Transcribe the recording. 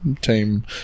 team